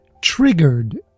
triggered